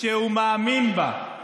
נלחם על הכיסא,